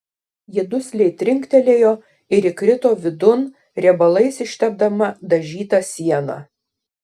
ji dusliai trinktelėjo ir įkrito vidun riebalais ištepdama dažytą sieną